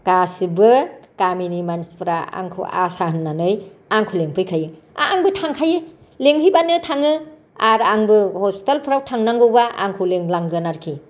गासैबो गामिनि मानसिफोरा आंखौ आसा होननानै आंखौ लेंफैखायो आंबो थांखायो लेहैबानो थांखायो आर आंबो हस्पिटालफ्राव थांनांगौबा आंखौ लिंलांगोन आरोखि